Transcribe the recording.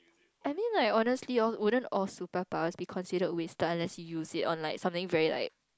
I mean like honestly all wouldn't all superpowers be considered wasted unless you use it on like something very like